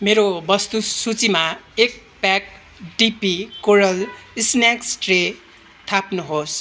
मेरो वस्तुसूचीमा एक pack DP coral snack tray थाप्नुहोस्